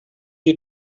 you